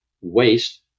waste